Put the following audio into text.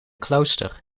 klooster